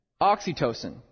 Oxytocin